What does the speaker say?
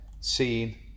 seen